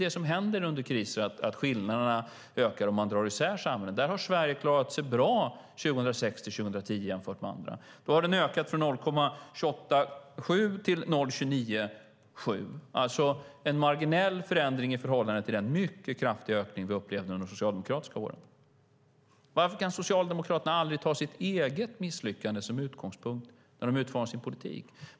Det som händer under kriser är att skillnaderna ökar om man drar isär samhällen. Där har Sverige klarat sig bra 2006-2010 jämfört med andra. Då har den ökat från 0,287 till 0,297, alltså en marginell förändring i förhållande till den mycket kraftiga ökning vi upplevde under de socialdemokratiska åren. Varför kan Socialdemokraterna aldrig ta sitt eget misslyckande som utgångspunkt när de utformar sin politik?